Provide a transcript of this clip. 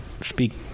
speak